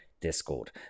Discord